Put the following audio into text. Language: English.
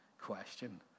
question